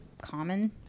common